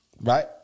right